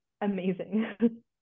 amazing